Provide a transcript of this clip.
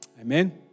Amen